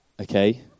okay